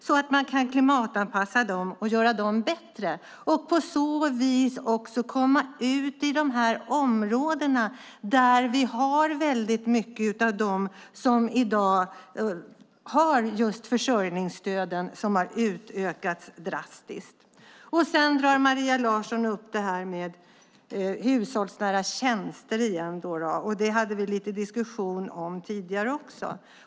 Då kan man klimatanpassa dem och göra dem bättre och på så vis också komma ut i de här områdena, där vi har väldigt många av dem som i dag har just dessa försörjningsstöd som har ökat så drastiskt. Maria Larsson drar återigen upp de hushållsnära tjänsterna. Det hade vi lite diskussion om tidigare också.